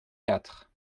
quatre